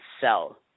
sell